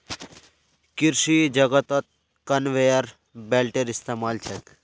कृषि जगतत कन्वेयर बेल्टेर इस्तमाल छेक